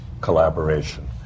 collaboration